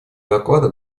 доклада